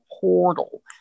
portal